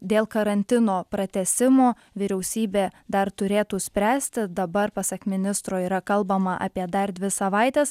dėl karantino pratęsimo vyriausybė dar turėtų spręsti dabar pasak ministro yra kalbama apie dar dvi savaites